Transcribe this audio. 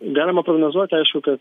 galima prognozuot aišku kad